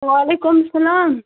وعلیکُم السلام